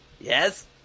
Yes